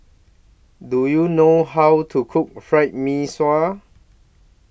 Do YOU know How to Cook Fried Mee Sua